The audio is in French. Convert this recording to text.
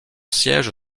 siège